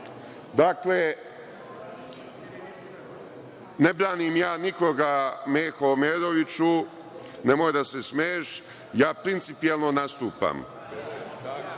ne branim ja nikoga Meho Omeroviću, nemoj da se smeješ, ja principijelno nastupam.